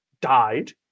died